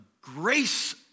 grace